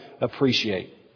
appreciate